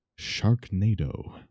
Sharknado